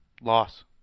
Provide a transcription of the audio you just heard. Loss